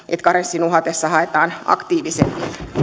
karenssin uhatessa haetaan aktiivisemmin